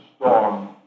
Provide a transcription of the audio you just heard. storm